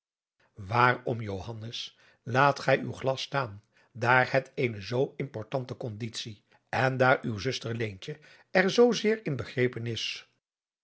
johannes laat gij uw glas staan daar het eene zoo importante conditie en daar uw zuster leentje er zoo zeer in begrepen is